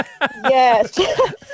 Yes